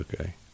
okay